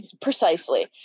precisely